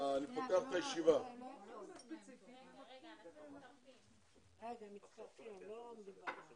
הישיבה ננעלה בשעה 10:30.